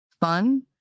fun